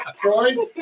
Troy